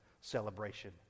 celebration